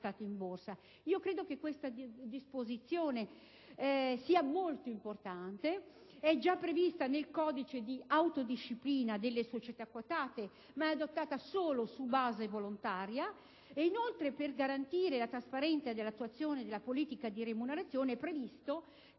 Credo che tale disposizione sia molto importante; ricordo che essa è già prevista nel codice di autodisciplina delle società quotate, ma è adottata solo su base volontaria. Inoltre, per garantire la trasparenza dell'attuazione della politica di remunerazione, è previsto che «la relazione